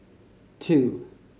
two